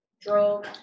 drove